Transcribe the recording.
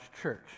church